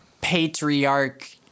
patriarch